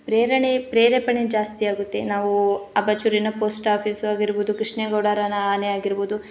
ಪ್ರೇರಣೆ ಪ್ರೇರೇಪಣೆ ಜಾಸ್ತಿಯಾಗುತ್ತೆ ನಾವು ಅಬಚೂರಿನ ಪೋಸ್ಟ್ ಆಫೀಸ್ ಆಗಿರ್ಬೋದು ಕೃಷ್ಣೇಗೌಡರ ಆನೆ ಆಗಿರ್ಬೋದು